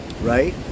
right